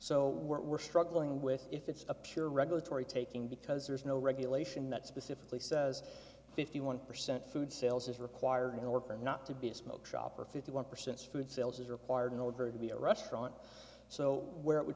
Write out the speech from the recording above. so we're struggling with if it's a pure regulatory taking because there's no regulation that specifically says fifty one percent food sales is required in order not to be a smoke shop or fifty one percent food sales is required in order to be a restaurant so where it would